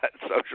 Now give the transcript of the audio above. social